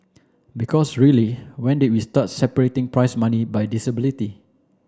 because really when did we start separating prize money by disability